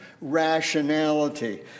rationality